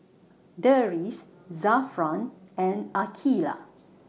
Deris Zafran and Aqeelah